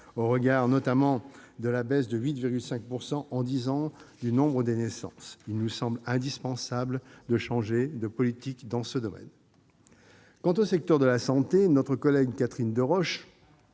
Eu égard notamment à la baisse de 8,5 % en dix ans du nombre de naissances, il nous semble indispensable de changer de politique dans ce domaine. Concernant le secteur de la santé- notre collègue Catherine Deroche